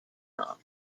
off